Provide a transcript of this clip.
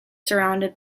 surrounded